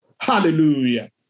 Hallelujah